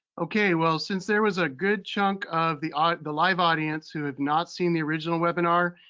okay, well, since there was a good chunk of the ah the live audience who have not seen the original webinar,